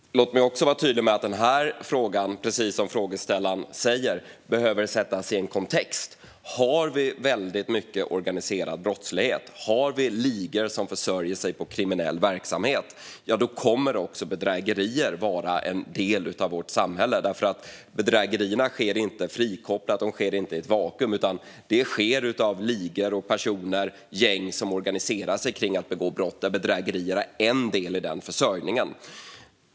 Herr talman! Låt mig också vara tydlig med att frågan, precis som frågeställaren säger, behöver sättas i en kontext. Har vi väldigt mycket organiserad brottslighet och ligor som försörjer sig på kriminell verksamhet kommer bedrägerier att vara en del av vårt samhälle. Bedrägerierna sker nämligen inte frikopplat och i ett vakuum, utan de utförs av ligor, personer och gäng som organiserar sig kring att begå brott. Där är bedrägerier en del av försörjningen.